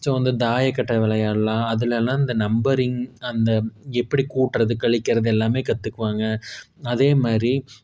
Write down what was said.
so வந்து தாயக்கட்டை விளையாடலாம் அதுலெல்லாம் இந்த நம்பரிங் அந்த எப்படி கூட்டுறது கழிக்கிறது எல்லாமே கற்றுக்குவாங்க அதேமாதிரி